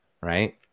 right